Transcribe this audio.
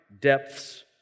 depths